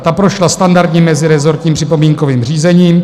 Ta prošla standardním mezirezortním připomínkovým řízením.